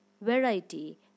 variety